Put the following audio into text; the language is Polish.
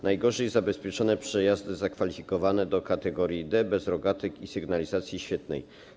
Najgorzej zabezpieczone są przejazdy zakwalifikowane do kategorii D, bez rogatek i sygnalizacji świetlnej.